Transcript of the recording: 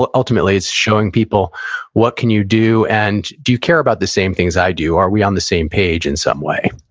ultimately, it's showing people what can you do, and do you care about the same things i do? are we on the same page, in some way?